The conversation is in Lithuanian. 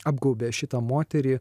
apgaubė šitą moterį